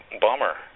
bummer